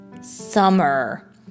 summer